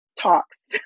talks